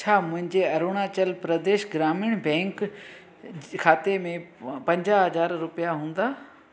छा मुंहिंजे अरुणाचल प्रदेश ग्रामीण बैंक खाते में पंजाह हज़ार रुपिया हूंदा